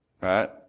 right